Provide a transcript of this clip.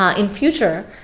ah in future,